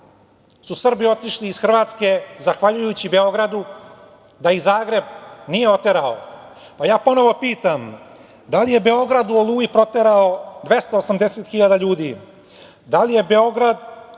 su Srbi otišli iz Hrvatske zahvaljujući Beogradu, da ih Zagreb nije oterao? Ponovo pitam, da li je Beograd u „Oluji“ proterao 280 hiljada ljudi? Da li je Beograd